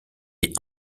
est